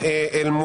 אני מבקש